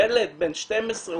ילד בן 12,